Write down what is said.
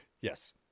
Yes